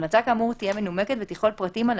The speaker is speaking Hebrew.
המלצה כאמור תהיה מנומקת ותכלול פרטים על